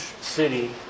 city